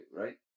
right